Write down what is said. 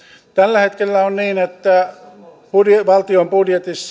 tällä hetkellä on niin että valtion budjetissa